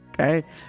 Okay